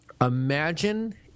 Imagine